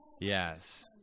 Yes